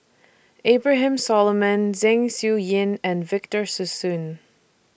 Abraham Solomon Zeng Shouyin and Victor Sassoon